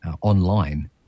online